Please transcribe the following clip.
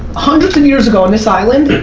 hundreds of years ago on this island,